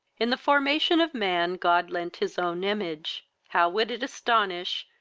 in the formation of man, god lent his own image how would it astonish,